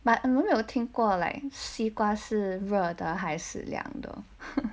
but 你有没有听过 like 西瓜是热的还是凉的